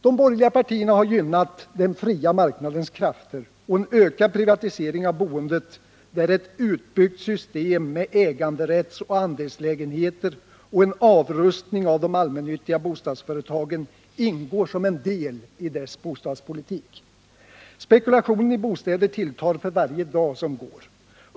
De borgerliga partierna har gynnat den fria marknadens krafter och en ökad privatisering av boendet, varvid ett utbyggt system med äganderättsoch andelslägenheter samt en avrustning av de allmännyttiga bostadsföretagen ingår som en del i bostadspolitiken. Spekulationen i bostäder tilltar för varje dag som går.